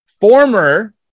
former